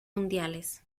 mundiales